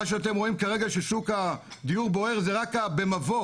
מה שאתם רואים כרגע ששוק הדיור בוער זה רק המבוא,